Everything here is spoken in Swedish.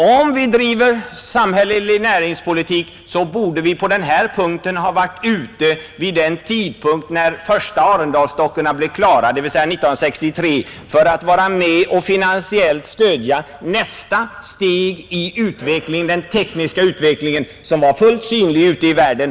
Om vi skall driva en samhällelig näringspolitik, bör den vara ute i tid; i det här fallet när de första Arendalsdockorna var klara, dvs. 1963. Då hade behövts ett finansiellt stöd för nästa steg i den tekniska utvecklingen, som var fullt synlig ute i världen.